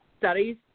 studies